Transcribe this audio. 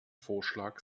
vorschlag